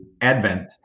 Advent